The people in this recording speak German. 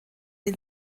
den